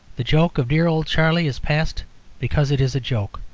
the joke of dear old charlie is passed because it is a joke.